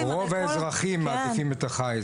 אתה כיושב-ראש הכנסת לשעבר,